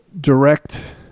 direct